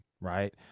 right